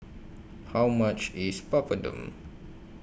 How much IS Papadum